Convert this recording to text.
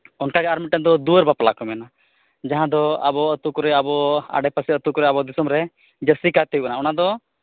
ᱚᱱᱠᱟ ᱜᱮ ᱟᱨ ᱢᱤᱫᱴᱟᱝ ᱫᱚ ᱫᱩᱣᱟᱹᱨ ᱵᱟᱯᱞᱟ ᱠᱚ ᱢᱮᱱᱟ ᱡᱟᱦᱟᱸ ᱫᱚ ᱟᱵᱚ ᱟᱛᱳ ᱠᱚᱨᱮ ᱟᱵᱚ ᱟᱰᱮ ᱯᱟᱥᱮ ᱟᱹᱛᱩ ᱠᱚᱨᱮ ᱟᱵᱚ ᱫᱤᱥᱚᱢ ᱨᱮ ᱡᱟᱹᱥᱛᱤ ᱠᱟᱭᱛᱮ ᱦᱩᱭᱩᱜ ᱠᱟᱱᱟ ᱚᱱᱟ ᱫᱚ